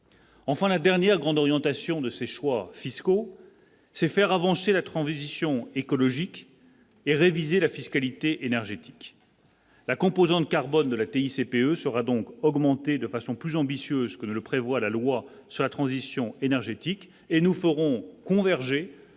Enfin, la dernière grande orientation de ses choix fiscaux. C'est faire avancer la transition écologique et réviser la fiscalité énergétique. La composante carbone de la TI CPE sera donc augmenté de façon plus ambitieuse que ne le prévoit la loi sur la transition énergétique et nous ferons converger